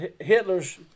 Hitler's